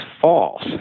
false